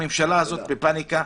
הממשלה הזאת בפניקה.